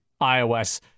iOS